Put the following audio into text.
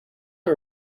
not